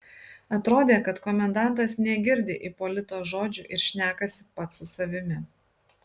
atrodė kad komendantas negirdi ipolito žodžių ir šnekasi pats su savimi